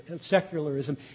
secularism